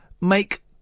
make